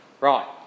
Right